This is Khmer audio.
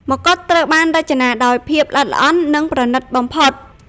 ម្កុដត្រូវបានរចនាដោយ ភាពល្អិតល្អន់ និងប្រណីតបំផុត។